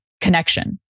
connection